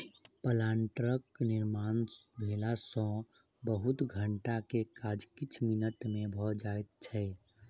प्लांटरक निर्माण भेला सॅ बहुत घंटा के काज किछ मिनट मे भ जाइत छै